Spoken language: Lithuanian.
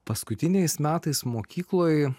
paskutiniais metais mokykloj